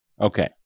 Okay